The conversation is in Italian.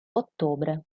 ottobre